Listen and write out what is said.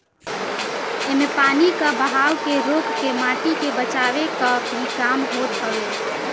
इमे पानी कअ बहाव के रोक के माटी के बचावे कअ भी काम होत हवे